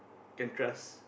can trust